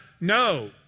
No